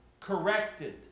corrected